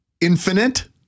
infinite